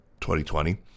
2020